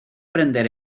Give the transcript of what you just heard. prender